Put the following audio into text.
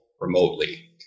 remotely